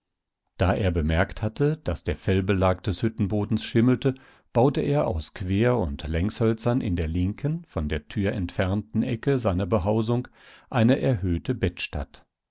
da er bemerkt hatte daß der fellbelag des hüttenbodens schimmelte baute er aus quer und längshölzern in der linken von der tür entfernten ecke seiner behausung eine erhöhte